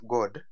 God